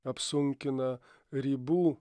apsunkina ribų